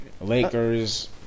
Lakers